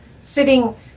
sitting